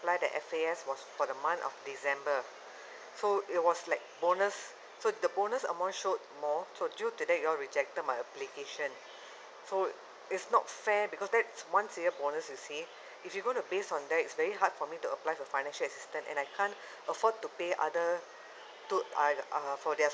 apply that F_A_S was for the month of december so it was like bonus so the bonus amount show more so due today you all rejected my application so it's not fair because that's one single bonus you see if you're going to base on that it's very hard for me to apply for financial assistance and I can't afford to pay other to I've uh for their